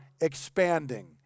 expanding